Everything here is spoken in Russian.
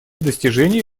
достижению